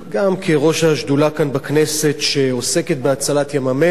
גם כראש השדולה כאן בכנסת שעוסקת בהצלת ים-המלח